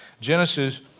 Genesis